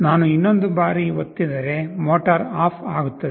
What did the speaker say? ನಾನು ಇನ್ನೊಂದು ಬಾರಿ ಒತ್ತಿದರೆ ಮೋಟಾರ್ ಆಫ್ ಆಗುತ್ತದೆ